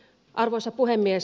arvoisa puhemies